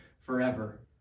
forever